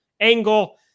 angle